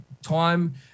time